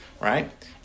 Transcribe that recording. right